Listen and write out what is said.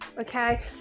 okay